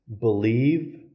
believe